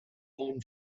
own